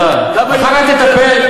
כמה יהודים